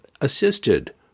assisted